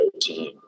team